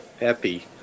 happy